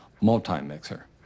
multi-mixer